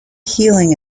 healing